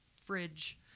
fridge